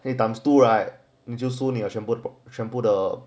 你 times two right 你就输全部的全部的